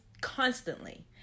constantly